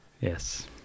Yes